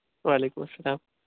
وعلیکم السلام